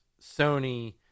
Sony